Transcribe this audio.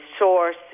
source